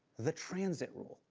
the transit rule.